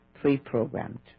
pre-programmed